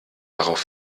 darauf